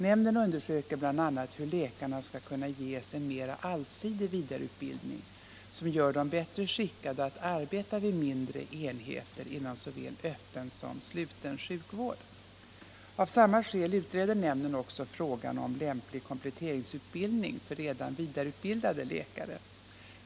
Nämnden undersöker bl.a. hur läkarna skall kunna ges en mera allsidig vidareutbildning som gör dem bättre skickade att arbeta vid mindre enheter inom såväl öppen som sluten sjukvård. Av samma skäl utreder nämnden också frågan om lämplig kompletteringsutbildning för redan vidareutbildade läkare.